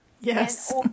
yes